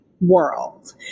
World